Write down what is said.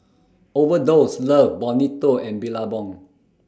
Overdose Love Bonito and Billabong